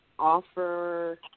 Offer